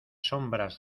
sombras